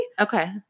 Okay